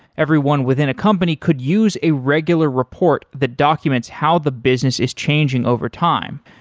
everyone within a company could use a regular report that documents how the business is changing over time.